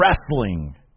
wrestling